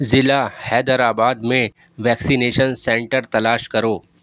ضلع حیدرآباد میں vaccination centre تلاش کرو